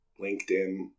LinkedIn